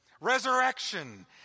Resurrection